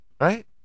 Right